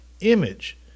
image